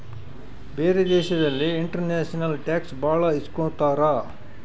ಬೇರೆ ದೇಶದಲ್ಲಿ international tax ಭಾಳ ಇಸ್ಕೊತಾರ